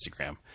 Instagram